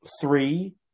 three